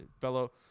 Fellow